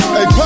Hey